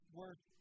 worth